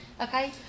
Okay